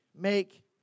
make